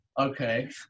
Okay